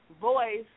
voice